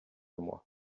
moi